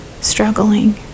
struggling